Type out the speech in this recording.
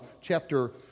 chapter